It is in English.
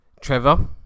Trevor